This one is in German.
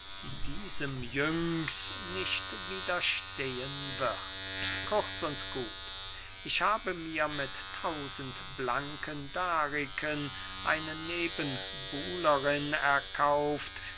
diesem iynx nicht widerstehen wird kurz und gut ich habe mir mit tausend blanken dariken eine nebenbuhlerin erkauft